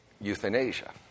euthanasia